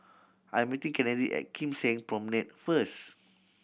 I'm meeting Kennedy at Kim Seng Promenade first